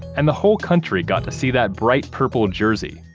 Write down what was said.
and the whole country got to see that bright purple jersey,